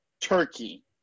Turkey